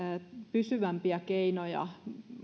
pysyvämpiä keinoja